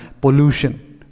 pollution